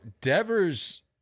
Devers